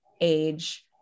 age